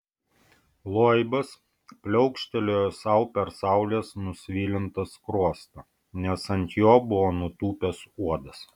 loibas pliaukštelėjo sau per saulės nusvilintą skruostą nes ant jo buvo nutūpęs uodas